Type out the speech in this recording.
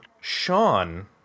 sean